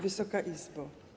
Wysoka Izbo!